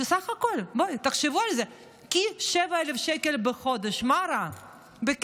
שסך הכול, תחשבו על זה, כ-7,000 שקל בחודש בכסף,